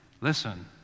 Listen